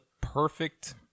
perfect